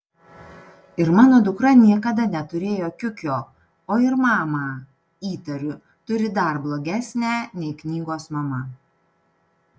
ir mano dukra niekada neturėjo kiukio o ir mamą įtariu turi dar blogesnę nei knygos mama